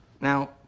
Now